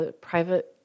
private